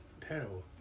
terrible